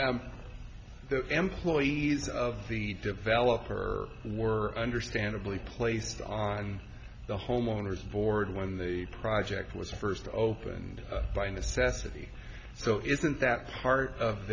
with the employees of the developer or were understandably placed on the homeowners board when the project was first opened by necessity so isn't that part of